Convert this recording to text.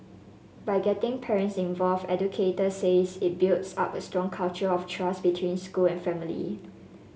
by getting parents involved educators says it builds up a strong culture of trust between school and family